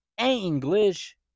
English